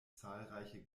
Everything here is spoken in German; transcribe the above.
zahlreiche